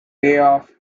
layoff